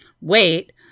wait